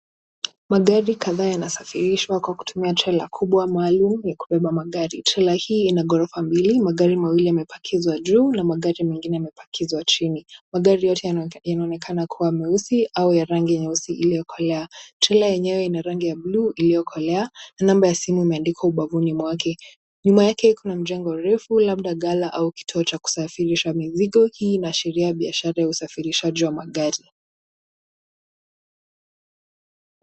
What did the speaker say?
Magari kadhaa yanasafirishwa kwa kutumia trela kubwa maalum la kubeba magari. Trela hii ina gorofa mbili, magari mawili yamepakizwa juu na magari mengine yamepakizwa chini. Magari yote yanaonekana kuwa meusi au ya rangi ya nyeusi iliyokolea. Trela yenyewe ina rangi ya buluu iliyokolea, namba ya simu imeandikwa ubavuni mwake. Nyuma yake kuna jengo refu labda gala au kituo cha kusafirisha mizigo. Hii inaashiria biashara ya usafirishaji wa magari.